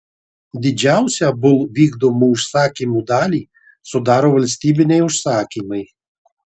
didžiausią bull vykdomų užsakymų dalį sudaro valstybiniai užsakymai